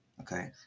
okay